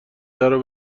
درو